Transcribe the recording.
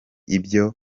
ibyo